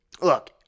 look